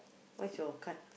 what's your card